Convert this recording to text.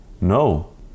No